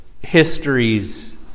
histories